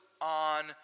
on